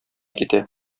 китә